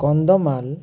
Kandhamal